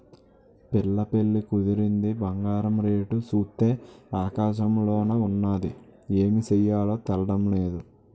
పిల్ల పెళ్లి కుదిరింది బంగారం రేటు సూత్తే ఆకాశంలోన ఉన్నాది ఏమి సెయ్యాలో తెల్డం నేదు